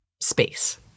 space